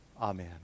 Amen